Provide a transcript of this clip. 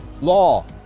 law